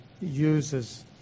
uses